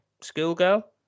schoolgirl